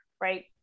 right